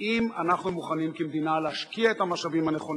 הלוא מי שלא לומד את אותם לימודי ליבה,